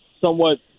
somewhat